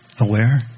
aware